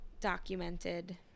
documented